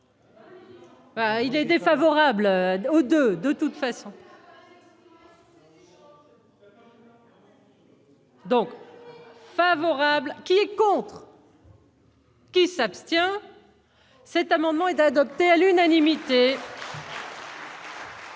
Il est défavorable aux 2 de toute façon. Favorable qui est contre. Qui s'abstient, cet amendement est adopté à l'une anémie.